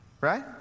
Right